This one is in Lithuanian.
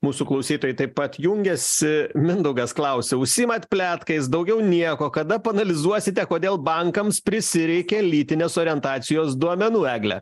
mūsų klausytojai taip pat jungiasi mindaugas klausia užsiimat pletkais daugiau nieko kada paanalizuosite kodėl bankams prisireikė lytinės orientacijos duomenų egle